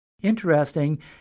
interesting